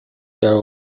there